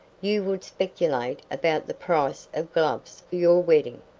you would speculate about the price of gloves for your wedding.